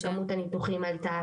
שכמות הניתוחים עלתה.